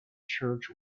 church